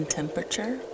temperature